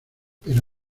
pero